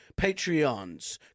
Patreons